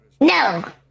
No